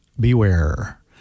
beware